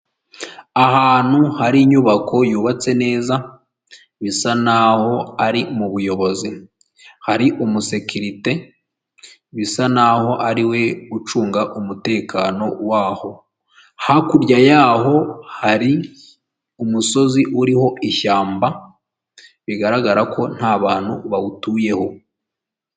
Ahantu hari inyubako yubatse neza bisa naho ari mu buyobozi hari umusekirite bisa naho ariwe ucunga umutekano waho hakurya y'aho hari umusozi uriho ishyamba bigaragara ko nta bantu bawutuyeho.